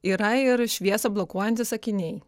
yra ir šviesą blokuojantys akiniai